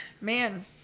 Man